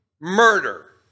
Murder